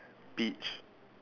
peach